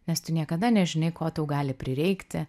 nes tu niekada nežinai ko tau gali prireikti